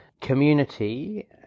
community